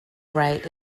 right